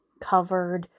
covered